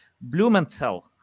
Blumenthal